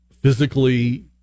physically